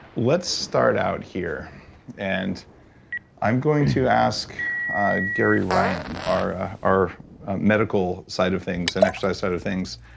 let's start out here and i'm going to ask gary ryan, our our medical side of things and exercise side of things,